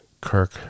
Kirk